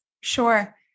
sure